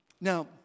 Now